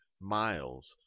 miles